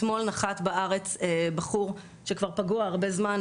אתמול נחת בארץ בחור שכבר פגוע הרבה זמן.